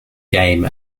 game